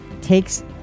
takes